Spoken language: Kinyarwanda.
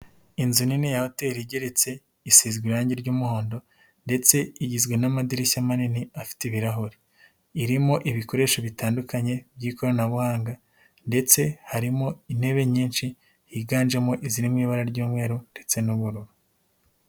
Inzu nini ya hoteli igeretse. Isize irangi ry'umuhondo ndetse igizwe n'amadirishya manini afite ibirahure. Irimo ibikoresho bitandukanye by'ikoranabuhanga ndetse harimo intebe nyinshi, higanjemo iziri mu ibara ry'umweru ndetse n'ubururu.